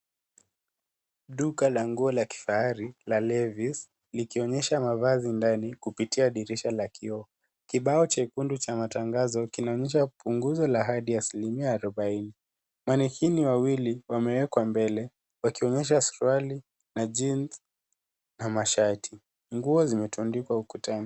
Duka la nguo la kifahari la Levis likionyesha mavazi ndani kupitia dirisha la kioo. Kibao jekundu cha matangazo kinaonyesha punguzo la hadi asilimia arobaini. Manekeni wawili wamewekwa mbele wakionyesha suriali na Jeans na mashati. Nguo zimetundikwa ukutani.